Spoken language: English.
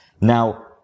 Now